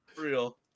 Real